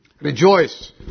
Rejoice